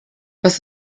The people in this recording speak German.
was